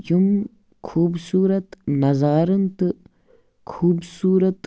یِم خوٗبصوٗرَت نظارَن تہٕ خوٗبصوٗرَت